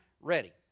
ready